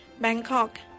Bangkok